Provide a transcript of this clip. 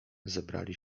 zebrali